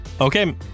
Okay